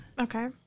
Okay